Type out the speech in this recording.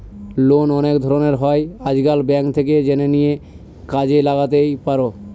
loan অনেক ধরনের হয় আজকাল, ব্যাঙ্ক থেকে জেনে নিয়ে কাজে লাগাতেই পারো